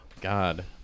God